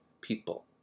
people